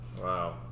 Wow